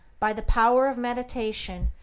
by the power of meditation,